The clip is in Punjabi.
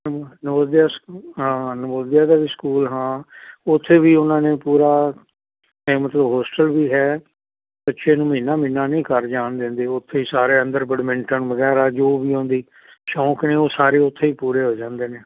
ਨ ਨਵੋਦਿਆ ਸਕੂਲ ਹਾਂ ਨਵੋਦਿਆ ਦਾ ਵੀ ਸਕੂਲ ਹਾਂ ਉੱਥੇ ਵੀ ਉਹਨਾਂ ਨੇ ਪੂਰਾ ਐਂ ਮਤਲਬ ਹੋਸਟਲ ਵੀ ਹੈ ਬੱਚੇ ਨੂੰ ਮਹੀਨਾ ਮਹੀਨਾ ਨਹੀਂ ਘਰ ਜਾਣ ਦਿੰਦੇ ਉਹ ਉੱਥੇ ਹੀ ਸਾਰੇ ਅੰਦਰ ਬੈਡਮਿੰਟਨ ਵਗੈਰਾ ਜੋ ਵੀ ਉਹਦੀ ਸ਼ੌਂਕ ਨੇ ਉਹ ਸਾਰੇ ਉੱਥੇ ਹੀ ਪੂਰੇ ਹੋ ਜਾਂਦੇ ਨੇ